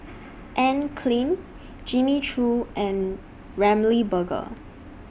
Anne Klein Jimmy Choo and Ramly Burger